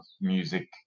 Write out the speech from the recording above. music